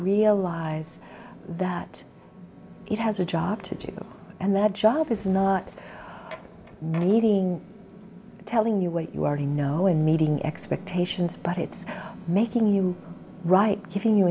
realize that it has a job to do and their job is not needing telling you what you already know and meeting expectations but it's making you right giving you